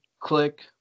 click